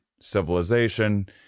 civilization